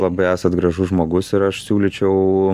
labai esat gražus žmogus ir aš siūlyčiau